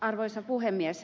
arvoisa puhemies